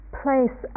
place